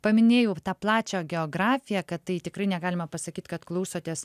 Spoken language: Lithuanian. paminėjau tą plačią geografiją kad tai tikrai negalima pasakyt kad klausotės